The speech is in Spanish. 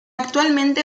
actualmente